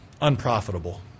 unprofitable